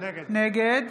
נגד